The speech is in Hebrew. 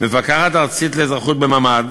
מפקחת ארצית לאזרחות בממ"ד,